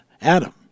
Adam